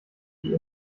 wie